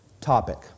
topic